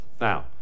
Now